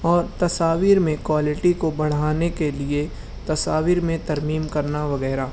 اور تصاویر میں کوالٹی کو بڑھانے کے لئے تصاویر میں ترمیم کرنا وغیرہ